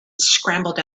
scrambled